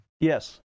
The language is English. Yes